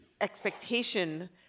expectation